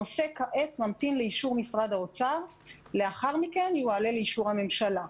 הנושא כעת ממתין לאישור משרד האוצר ולאחר מכן יועלה לאישור הממשלה.